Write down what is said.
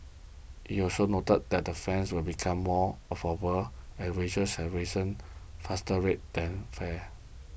he also noted that fares will become more affordable as wages have risen faster rate than fares